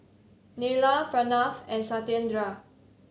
Neila Pranav and Satyendra